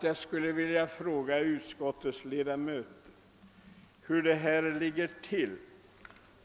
Jag skulle vilja fråga utskottets ledamöter hur det förhåller sig med detta.